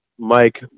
Mike